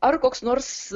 ar koks nors